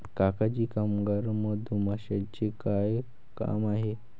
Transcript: काका जी कामगार मधमाशीचे काय काम आहे